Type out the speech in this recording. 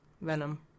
Venom